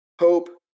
hope